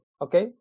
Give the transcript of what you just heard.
okay